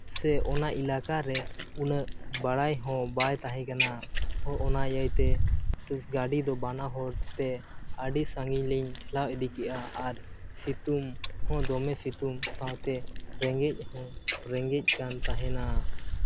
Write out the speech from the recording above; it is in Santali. ᱥᱮ ᱚᱱᱟ ᱮᱞᱟᱠᱟ ᱨᱮ ᱩᱱᱟᱹᱜ ᱵᱟᱲᱟᱭ ᱦᱚᱸ ᱵᱟᱭ ᱛᱟᱦᱮᱸᱠᱟᱱᱟ ᱚ ᱚᱱᱟ ᱤᱭᱟᱹᱭ ᱛᱮ ᱜᱟᱹᱰᱤ ᱫᱚ ᱵᱟᱱᱟ ᱦᱚᱲ ᱛᱮ ᱟᱹᱰᱤ ᱥᱟᱺᱜᱤᱧ ᱞᱤᱧ ᱴᱷᱮᱞᱟᱣ ᱤᱫᱤ ᱠᱮᱜᱼᱟ ᱟᱨ ᱥᱤᱛᱩᱝ ᱦᱚᱸ ᱫᱚᱢᱮ ᱥᱤᱛᱩᱝ ᱥᱟᱶᱛᱮ ᱨᱮᱸᱜᱮᱡᱽ ᱦᱚᱸ ᱨᱮᱸᱜᱮᱡᱽ ᱠᱟᱱ ᱛᱟᱦᱮᱱᱟ